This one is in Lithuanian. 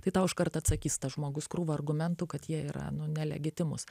tai tau iškart atsakys tas žmogus krūvą argumentų kad jie yra nu nelegitimūs